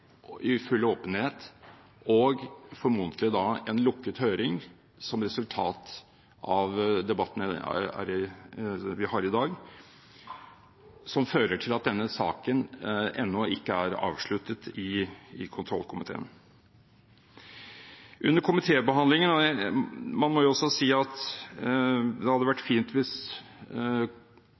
i full åpenhet – og formodentlig en lukket høring, som resultat av debatten vi har i dag – som gjør at denne saken ennå ikke er avsluttet i kontrollkomiteen. Når det gjelder komitébehandlingen, må man jo også si at det hadde vært fint hvis